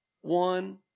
one